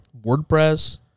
WordPress